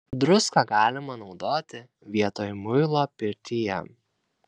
druską galima naudoti vietoj muilo pirtyje